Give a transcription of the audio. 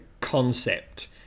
concept